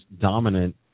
dominant